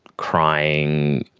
crying,